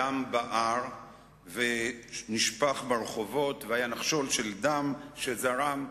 הדם בער ונשפך ברחובות והיה נחשול של דם שזרם.